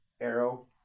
Arrow